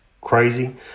crazy